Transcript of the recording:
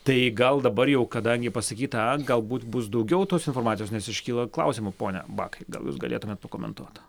tai gal dabar jau kadangi pasakyta a galbūt bus daugiau tos informacijos nes iškyla klausimų pone bakai gal jūs galėtumėt pakomentuot